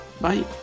Bye